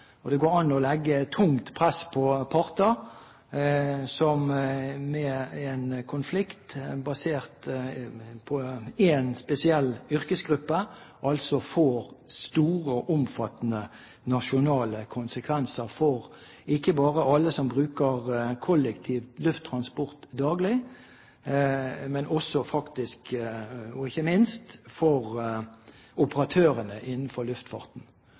og det går an å legge tungt press på parter når en konflikt basert på én spesiell yrkesgruppe får store og omfattende nasjonale konsekvenser – ikke bare for alle som bruker kollektiv lufttransport daglig, men også faktisk, og ikke minst, for operatørene innenfor luftfarten.